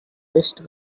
waste